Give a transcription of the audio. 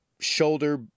shoulder